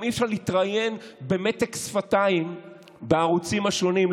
אי-אפשר להתראיין במתק שפתיים בערוצים השונים,